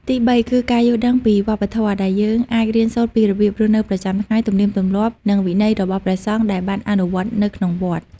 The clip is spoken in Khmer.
ទីបីគឺ ការយល់ដឹងពីវប្បធម៌ ដែលយើងអាចរៀនសូត្រពីរបៀបរស់នៅប្រចាំថ្ងៃ ទំនៀមទម្លាប់ និងវិន័យរបស់ព្រះសង្ឃដែលបានអនុវត្តនៅក្នុងវត្ត។